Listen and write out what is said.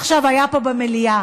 שעכשיו היה פה במליאה,